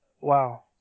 Wow